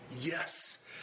Yes